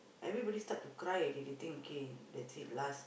everybody start to cry already they think okay that's it last